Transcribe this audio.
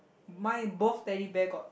mine both Teddy Bear got